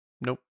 Nope